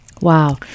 Wow